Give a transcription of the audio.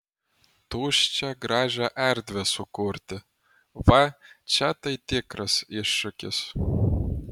tuščią gražią erdvę sukurti va čia tai tikras iššūkis